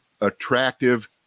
attractive